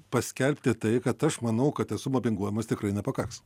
paskelbti tai kad aš manau kad esu mobinguojamas tikrai nepakaks